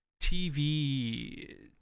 TV